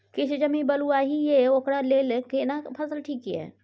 किछ जमीन बलुआही ये ओकरा लेल केना फसल ठीक ये?